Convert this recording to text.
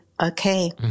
okay